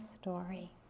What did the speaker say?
story